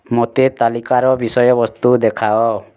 ମୋତେ ତାଲିକାର ବିଷୟବସ୍ତୁ ଦେଖାଅ